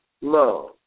love